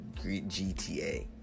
GTA